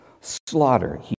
Slaughter